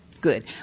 Good